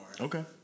Okay